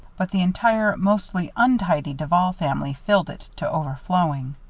but the entire, mostly untidy duval family filled it to overflowing.